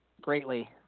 greatly